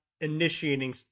initiating